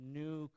new